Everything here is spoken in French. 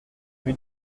rue